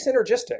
synergistic